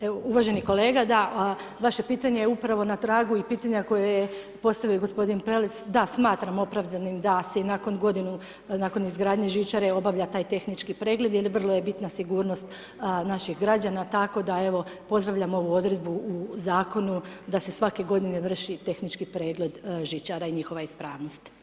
Evo uvaženi kolega, da, vaše pitanje je upravo na tragu i pitanja koje je postavio i gospodin Prelec, da, smatram opravdanim da se i nakon izgradnje žičare obavlja taj tehnički pregled jer vrlo je bitna sigurnost naših građana tako da evo pozdravljam ovu odredbu u zakonu da se svake godine vrši tehnički pregled žičara i njihova ispravnost.